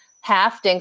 half